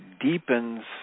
deepens